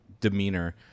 demeanor